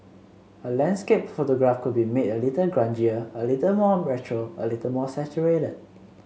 a landscape photograph could be made a little grungier a little more retro a little more saturated